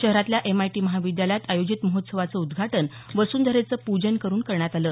शहरातल्या एमआयटी महाविद्यालयात आयोजित महोत्सवाचं उद्घाटन वसुंधरेचं पूजन करून करण्यात आलं